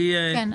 כן.